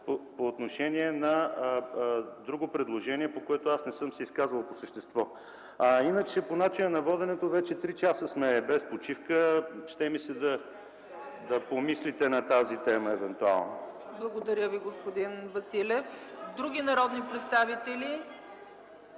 по отношение на друго предложение, по което аз не съм се изказвал по същество. По начина на воденето – вече три часа сме без почивка. Ще ми се да помислите по тази тема, евентуално. ПРЕДСЕДАТЕЛ ЦЕЦКА ЦАЧЕВА: Благодаря Ви, господин Василев. Други народни представители?